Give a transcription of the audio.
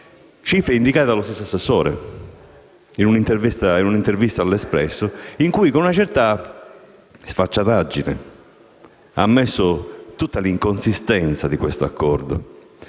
cifra indicata dallo stesso assessore in una intervista a «L'Espresso» in cui, con una certa sfacciataggine, ha ammesso tutta l'inconsistenza dell'accordo.